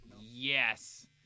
Yes